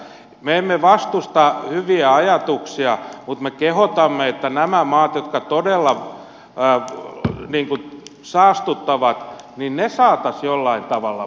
me emme vastusta hyviä ajatuksia mutta me kehotamme että ne maat jotka todella saastuttavat saataisiin joillain tavalla mukaan